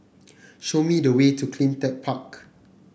show me the way to CleanTech Park